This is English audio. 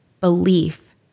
belief